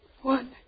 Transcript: one